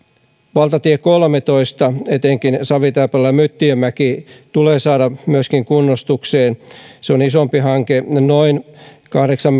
valtatie kolmetoista etenkin savitaipale myttiömäki tulee saada kunnostukseen se on isompi hanke noin kahdeksan